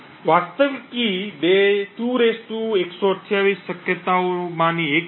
વાસ્તવિક કી 2 128 શક્યતાઓમાંની એક છે